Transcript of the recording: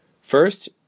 First